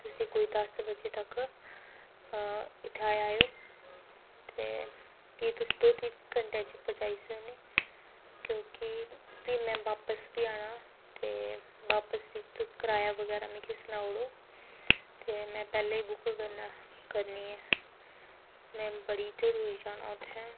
तुस कोई दस बजे तक इत्थै आई जाएओ ते केह् तुस दो तिन्न घैंटें च पजाई सकने क्योंकि फ्ही में बापस बी आना ऐ ते बापस बी तु कराया बगैरा मिगी सनाई ओड़ो ते में पैह्लें गै बुक्क करना करनी ऐं में बड़ी जरूरी जाना उत्थै